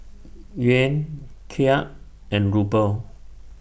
Yuan Kyat and Ruble